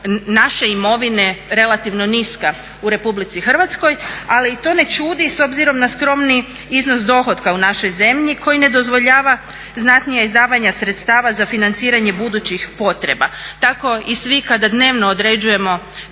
naše imovine relativno niska u Republici Hrvatskoj. Ali to ne čudi s obzirom na skromni iznos dohotka u našoj zemlji koji ne dozvoljava znatnija izdavanja sredstava za financiranje budućih potreba. Tako i svi kada dnevno određujemo